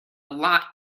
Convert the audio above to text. lot